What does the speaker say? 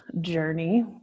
journey